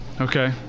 Okay